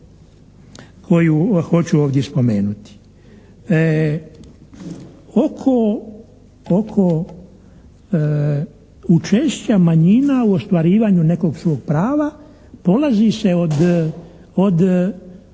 koju hoću ovdje spomenuti. Oko učešća manjina u ostvarivanju nekog svog prava polazi se od